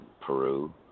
peru